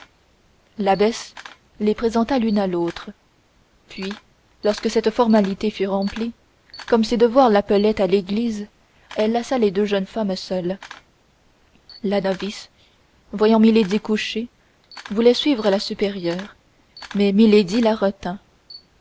genre l'abbesse les présenta l'une à l'autre puis lorsque cette formalité fut remplie comme ses devoirs l'appelaient à l'église elle laissa les deux jeunes femmes seules la novice voyant milady couchée voulait suivre la supérieure mais milady la retint